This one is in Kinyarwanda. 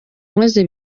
maze